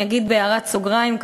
אני אגיד בהערת סוגריים,